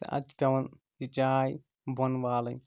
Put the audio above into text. تہٕ اَدٕ چھِ پٮ۪وَان چاے بۄن والٕنۍ